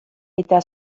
eta